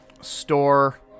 Store